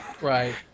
Right